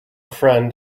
friend